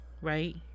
right